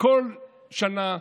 כל שנה,